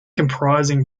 comprising